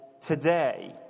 today